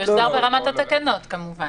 אפשר ברמת התקנות כמובן.